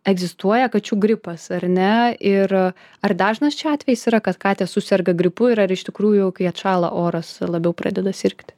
egzistuoja kačių gripas ar ne ir ar dažnas čia atvejis yra kad katės suserga gripu ir ar iš tikrųjų kai atšąla oras labiau pradeda sirgti